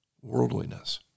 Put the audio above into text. worldliness